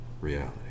reality